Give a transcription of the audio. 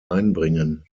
einbringen